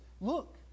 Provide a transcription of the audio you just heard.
Look